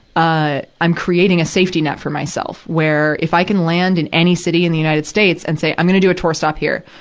ah, i'm creating a safety net for myself, where if i can land in any city in the united states and say, i'm gonna do a tour stop here.